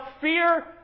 fear